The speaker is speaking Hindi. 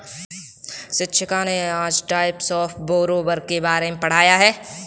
शिक्षिका ने आज टाइप्स ऑफ़ बोरोवर के बारे में पढ़ाया है